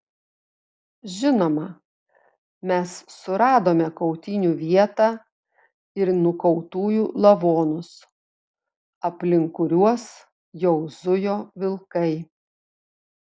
žinoma mes suradome kautynių vietą ir nukautųjų lavonus aplink kuriuos jau zujo vilkai